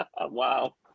Wow